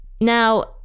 Now